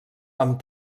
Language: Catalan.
amb